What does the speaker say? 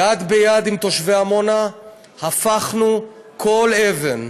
יד ביד עם תושבי עמונה הפכנו כל אבן,